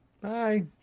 Bye